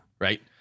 right